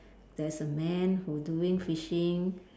there's a man who doing fishing